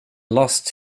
lost